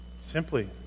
Simply